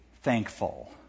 thankful